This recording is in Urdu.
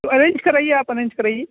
تو ارینج کرائیے آپ ارینج کرائیے